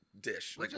dish